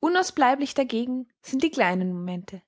unausbleiblich dagegen sind die kleinen momente